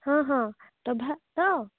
ହଁ ହଁ